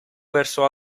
verso